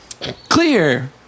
clear